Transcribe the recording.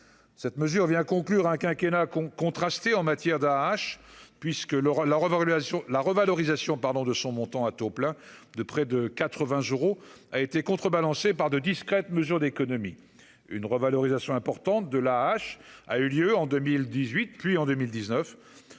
cette mesure vient conclure un quinquennat qu'ont contractés en matière d'A. H puisque le la réévaluation la revalorisation pardon de son montant à taux plein de près de 80 euros a été contrebalancée par de discrètes mesures d'économie une revalorisation importante de la H a eu lieu en 2018 puis en 2019,